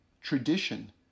tradition